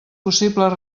possibles